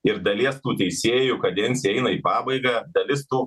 ir dalies tų teisėjų kadencija eina į pabaigą dalis tų